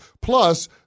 Plus